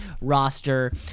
roster